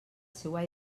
seua